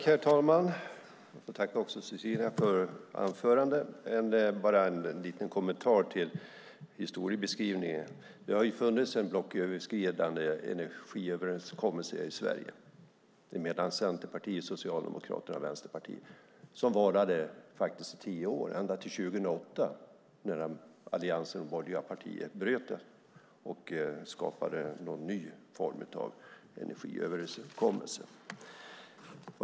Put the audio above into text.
Herr talman! Jag tackar Cecilie för anförandet. Jag har en liten kommentar till historiebeskrivningen. Det har funnits en blocköverskridande energiöverenskommelse i Sverige mellan Centerpartiet, Socialdemokraterna och Vänsterpartiet som varade i tio år, ända till 2008, då Alliansen och Miljöpartiet bröt den och skapade någon ny form av energiöverenskommelse.